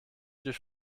durch